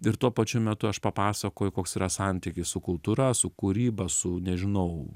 ir tuo pačiu metu aš papasakoju koks yra santykis su kultūra su kūryba su nežinau